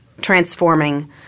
transforming